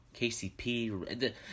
KCP